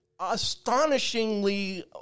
astonishingly